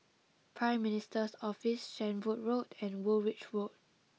Prime Minister's Office Shenvood Road and Woolwich Road